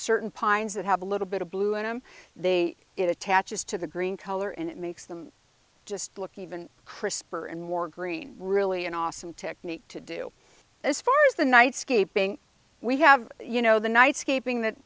certain pines that have a little bit of blue and him they it attaches to the green color and it makes them just look even crisper and more green really an awesome technique to do as far as the night ski being we have you know the night scaping that